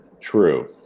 True